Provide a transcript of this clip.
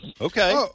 Okay